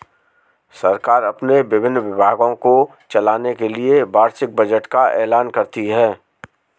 सरकार अपने विभिन्न विभागों को चलाने के लिए वार्षिक बजट का ऐलान करती है